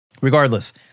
Regardless